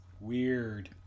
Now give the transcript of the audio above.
Weird